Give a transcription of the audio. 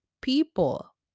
people